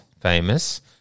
Famous